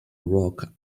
rock